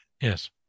yes